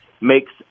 makes